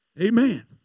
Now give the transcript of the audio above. Amen